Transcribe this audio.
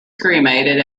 cremated